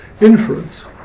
Inference